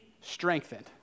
strengthened